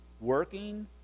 working